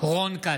רון כץ,